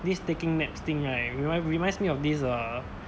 this taking naps thing right remind reminds me of this uh